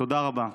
תודה רבה.